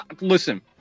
Listen